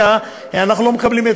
אנחנו לא מקבלים אותו,